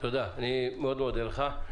אני מאוד מודה לך.